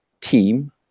team